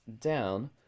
down